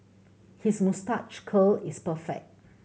his moustache curl is perfect